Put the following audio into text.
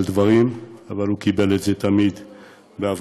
אבל הוא קיבל את זה תמיד בהבנה,